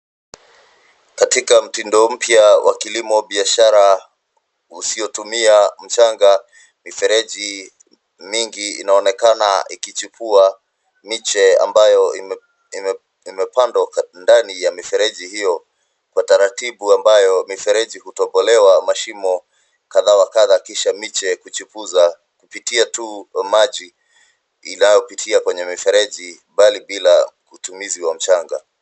Katika mtindo mpya wa kilimo biashara usiotumia mchanga, kuna mifereji mingi inayoonekana ikichipua miche ambayo imepandwa ndani ya mifereji hiyo. Kwa utaratibu ambao mifereji hutobolewa mashimo kadha wa kadha kisha miche kuchipuza kutumia Tu maji yanayopita kwenye mifereji bila matumizi ya mchanga.